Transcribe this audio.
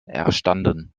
erstanden